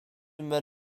met